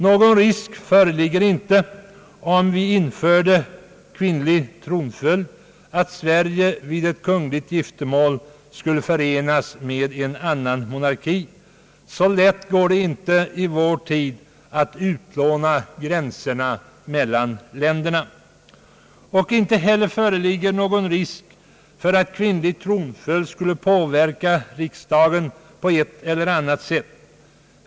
Någon risk föreligger inte — om vi inför kvinnlig tronföljd — att Sverige vid ett kungligt giftermål skulle förenas med en annan monarki. Så lätt går det inte i vår tid att utplåna gränserna mellan länderna. Inte heller föreligger någon risk för att kvinnlig tronföljd skulle påverka riksdagen på ett eller annat sätt.